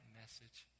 message